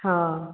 हाँ